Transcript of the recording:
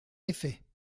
effet